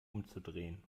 umzudrehen